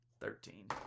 Thirteen